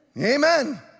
Amen